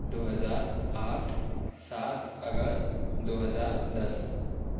دو ہزار آٹھ سات اگست دو ہزار دس